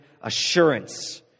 assurance